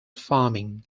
farming